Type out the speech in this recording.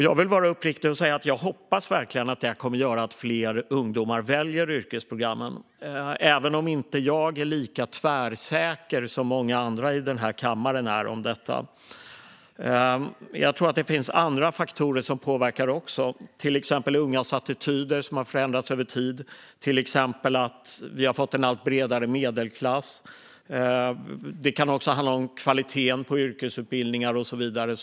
Jag vill vara uppriktig och säga att jag verkligen hoppas att fler ungdomar väljer yrkesprogrammen, även om jag inte är lika tvärsäker som många andra i kammaren. Jag tror att det finns andra faktorer som också påverkar, till exempel ungas attityder som har förändrats över tid, en allt bredare medelklass, kvaliteten på yrkesutbildningar och så vidare.